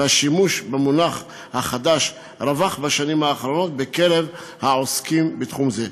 והשימוש במונח החדש רווח בשנים האחרונות בקרב העוסקים בתחום זה.